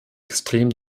extrem